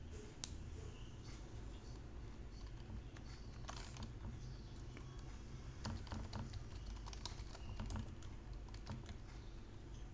um